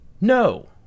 No